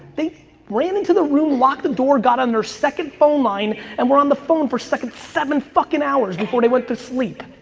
they ran into the room, locked the door, got on their second phone line and were on the phone for seven fuckin' hours before they went to sleep.